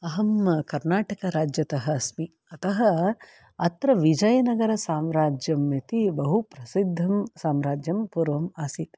अहं कर्णाटकराज्यतः अस्मि अतः अत्र विजयनगरसाम्राज्यम् इति बहु प्रसिद्धं साम्राज्यं पूर्वम् आसीत्